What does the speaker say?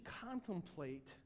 contemplate